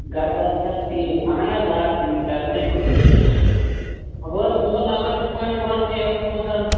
گرٕ بار چھا حظ ٹھیٖک اَہن حظ آ سُے پرٛزٕنٲوِوٕ خبر سون نمبر کِتھٕ پأٹھۍ چھُو حظ سیو تھوٚومُت حظ